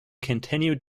continued